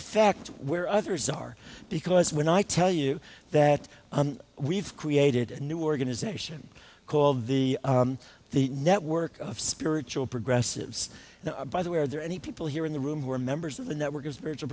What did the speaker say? affect where others are because when i tell you that we've created a new organization called the the network of spiritual progressive now by the way are there any people here in the room who are members of the network is v